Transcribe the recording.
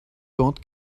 dort